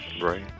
Right